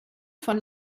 von